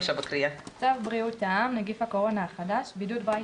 צו בריאות העם (נגיף הקורונה החדש) (בידוד בית